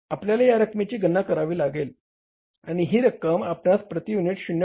आपल्याला या रकमेची गणना करावी लागेल आणि ही रक्कम आपणास प्रती युनिट 0